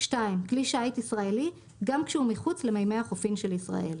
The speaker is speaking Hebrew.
כלי שיט ישראלי - גם כשהוא מחוץ למימי החופין של ישראל.